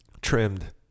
Trimmed